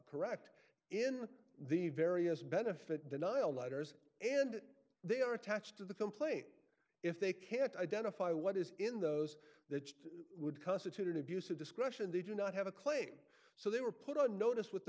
correct in the various benefit denial letters and they are attached to the complaint if they can't identify what is in those that would constitute an abuse of discretion they do not have a claim so they were put on notice with the